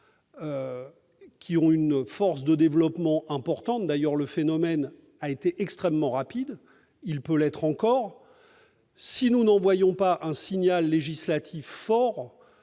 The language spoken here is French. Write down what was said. qui ont une force de développement importante. D'ailleurs, le phénomène a été extrêmement rapide, et il peut encore s'étendre. Si nous n'envoyons pas un signal législatif fort,